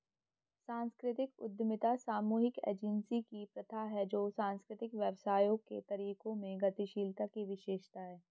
सांस्कृतिक उद्यमिता सामूहिक एजेंसी की प्रथा है जो सांस्कृतिक व्यवसायों के तरीकों में गतिशीलता की विशेषता है